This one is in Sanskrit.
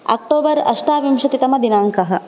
आक्टोबर् अष्टाविंशतितमदिनाङ्कः